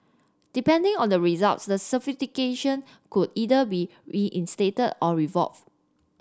depending on the results the certification could either be reinstated or